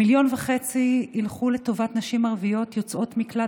מיליון וחצי ש"ח ילכו לטובת נשים ערביות יוצאות מקלט,